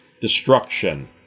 destruction